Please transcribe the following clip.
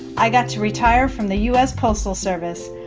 i got to retire from the u s. postal service.